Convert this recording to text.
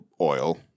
oil